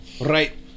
right